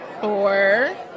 Four